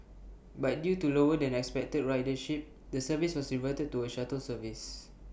but due to lower than expected ridership the service was reverted to A shuttle service